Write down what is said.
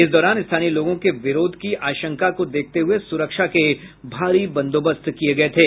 इस दौरान स्थानीय लोगों के विरोध की आशंका को देखते हुये सुरक्षा के भारी बंदोबस्त किये गये थे